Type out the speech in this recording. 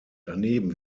daneben